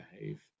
behave